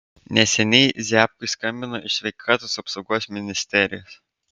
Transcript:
neseniai ziabkui skambino iš sveikatos apsaugos ministerijos